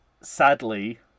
sadly